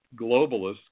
globalists